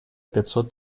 пятьсот